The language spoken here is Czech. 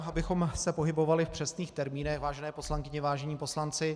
Já jenom abychom se pohybovali v přesných termínech, vážené poslankyně, vážení poslanci.